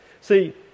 See